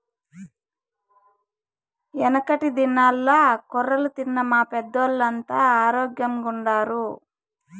యెనకటి దినాల్ల కొర్రలు తిన్న మా పెద్దోల్లంతా ఆరోగ్గెంగుండారు